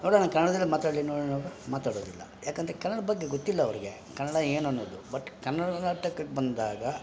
ನೋಡೋಣ ಕನ್ನಡ್ದಲ್ಲೆ ಮಾತಾಡಲಿ ನೋಡೋಣ ಅವರು ಮಾತಾಡೋದಿಲ್ಲ ಯಾಕಂದರೆ ಕನ್ನಡದ ಬಗ್ಗೆ ಗೊತ್ತಿಲ್ಲ ಅವ್ರಿಗೆ ಕನ್ನಡ ಏನು ಅನ್ನೋದು ಬಟ್ ಕನ್ನಡ ನಾಟಕಕ್ಕೆ ಬಂದಾಗ